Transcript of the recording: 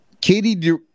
Katie